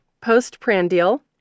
postprandial